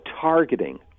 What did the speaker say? targeting